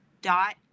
dot